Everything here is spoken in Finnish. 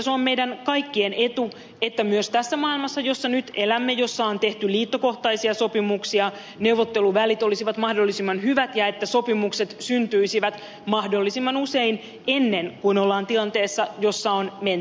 se on meidän kaikkien etu että myös tässä maailmassa jossa nyt elämme jossa on tehty liittokohtaisia sopimuksia neuvotteluvälit olisivat mahdollisimman hyvät ja että sopimukset syntyisivät mahdollisimman usein ennen kuin ollaan tilanteessa jossa on menty lakkoon